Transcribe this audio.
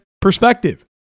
perspective